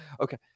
Okay